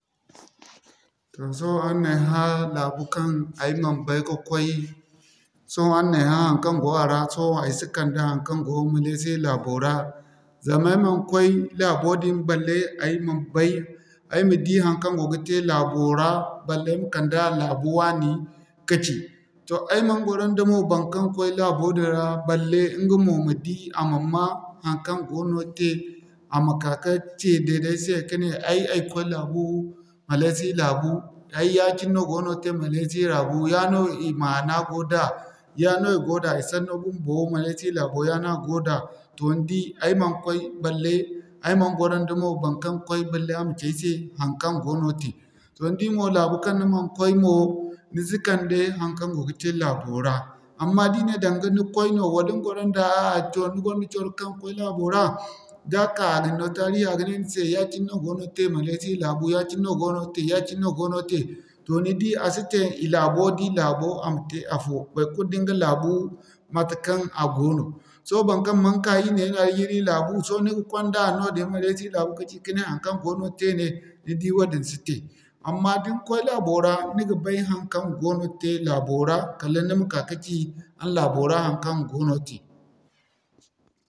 Toh sohõ araŋ na ay hã laabu kaŋ ay man bay ka koy, sohõ araŋ na ay hã haŋkaŋ go a ra sohõ ay si kande haŋkaŋ go Malasia laabo ra, zama ay man koy laabo din balle ay a di, ay ma bay haŋkaŋ go ga te laabo ra, balle ay ma kanda laabu wani ka ci. Toh ay man gwaro nda mo baŋkaŋ gwaro laabo ra balle ɲga mo ma di a ma'ma, haŋkaŋ goono te, a ma ka'ka ce deede ay se ka ne ay, ay koy laabu Malasia laabu ay ya-cine no goono te Malasia laabu yaa no i ma'ana go da, yaa no i go da i sanno bumbo Malasia laabu yaa no a go da. Toh ni di ay man koy balle, ay man gwaro nda mo baŋkaŋ koy balle a ma ci ay se haŋkaŋ goono te. Toh ni di mo laabu kaŋ ni man koy mo, ni si kande haŋkaŋ go ga te laabo ra. Amma da i ne daŋga ni koy no, wala ni gwaro nda, ni gonda coro kaŋ koy laabo ra, da ka a ga ni no tarihi a ga ne ni se ya-cine no goono te Malasia laabu ya-cine no goono te, ya-cine no goono te. Toh ni di a si te i laabo da ir laabo a ma te afo baikulu da ɲga laabu matekaŋ a go no. Sohõ baŋkaŋ man ka ir ne Nigeria ir laabu, sohõ ni ga konda noodin Malasia laabu ka ci ka ne haŋkaŋ goono te ne? Ni di wadin si te. Amma da ni koy laabo ra ni ga bay haŋkaŋ goono te laabo ra kala ni ma ka kaci araŋ laabo ra haŋkaŋ goono te.